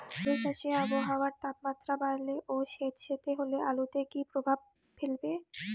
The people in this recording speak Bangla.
আলু চাষে আবহাওয়ার তাপমাত্রা বাড়লে ও সেতসেতে হলে আলুতে কী প্রভাব ফেলবে?